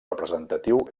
representatiu